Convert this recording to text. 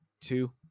two